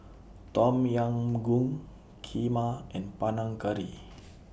Tom Yam Goong Kheema and Panang Curry